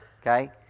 okay